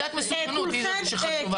אבל מידת המסוכנות היא זאת שחשובה לנו.